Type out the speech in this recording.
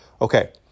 Okay